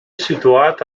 situat